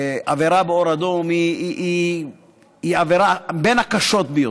עבירה באור אדום היא עבירה שהיא מבין הקשות ביותר,